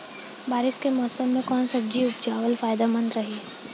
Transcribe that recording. बारिश के मौषम मे कौन सब्जी उपजावल फायदेमंद रही?